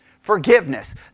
Forgiveness